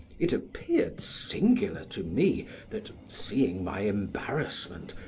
it appeared singular to me that, seeing my embarrassment,